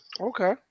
Okay